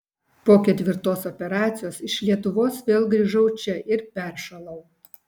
po ketvirtos operacijos iš lietuvos vėl grįžau čia ir peršalau